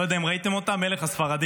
לא יודע אם ראיתם אותה, מלך הספרדים.